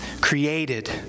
Created